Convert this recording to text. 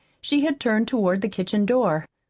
she had turned toward the kitchen door.